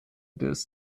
des